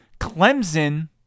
Clemson